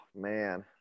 man